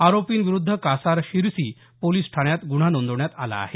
आरोपींविरुद्ध Kasar Shirsi police ठाण्यात गुन्हा नोंदवण्यात आला आहे